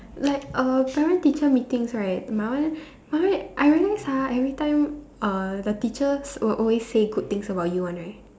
like our parent teacher meetings right my one I realize ah every time uh the teachers will always say good things about you one right